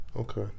okay